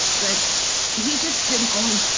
but he just didn't only